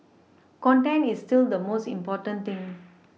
content is still the most important thing